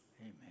Amen